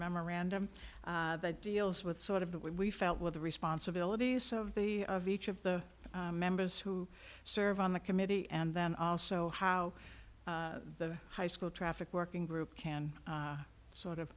memorandum that deals with sort of the way we felt with the responsibilities of the of each of the members who serve on the committee and then also how the high school traffic working group can sort of